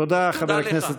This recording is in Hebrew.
תודה לך.